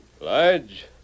Lodge